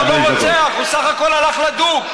הוא לא רוצח, הוא בסך הכול הלך לדוג.